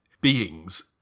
beings